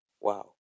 wow